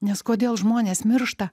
nes kodėl žmonės miršta